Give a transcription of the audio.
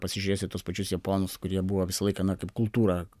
pasižiūrėsi tuos pačius japonus kurie buvo visą laiką na kaip kultūra